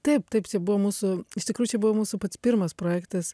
taip taip čia buvo mūsų iš tikrųjų čia buvo mūsų pats pirmas projektas